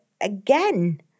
again